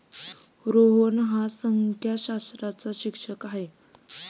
रोहन हा संख्याशास्त्राचा शिक्षक आहे